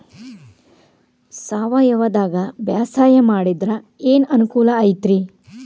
ಸಾವಯವದಾಗಾ ಬ್ಯಾಸಾಯಾ ಮಾಡಿದ್ರ ಏನ್ ಅನುಕೂಲ ಐತ್ರೇ?